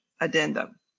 addendum